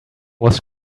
was